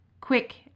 quick